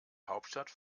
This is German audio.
hauptstadt